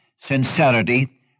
Sincerity